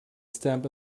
stamp